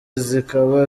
zikaba